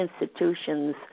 institutions